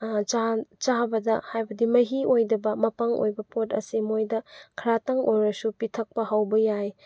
ꯆꯥꯕꯗ ꯍꯥꯏꯕꯗꯤ ꯃꯍꯤ ꯑꯣꯏꯗꯕ ꯃꯄꯪ ꯑꯣꯏꯕ ꯄꯣꯠ ꯑꯁꯤ ꯃꯣꯏꯗ ꯈꯔꯇꯪ ꯑꯣꯏꯔꯁꯨ ꯄꯤꯊꯛꯄ ꯍꯧꯕ ꯌꯥꯏ